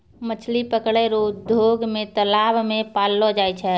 मछली पकड़ै रो उद्योग मे तालाब मे पाललो जाय छै